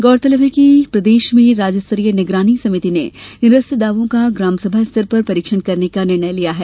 गौरतलब है कि प्रदेश में राज्य स्तरीय निगरानी समिति ने निरस्त दावों का ग्राम सभा स्तर पर परीक्षण करने का निर्णय लिया है